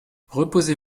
reposez